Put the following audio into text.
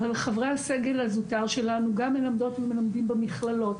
אבל חברי הכנסת הזוטר שלנו גם מלמדות ומלמדים במכללות.